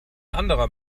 anderer